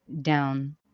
down